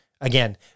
Again